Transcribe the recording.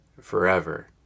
forever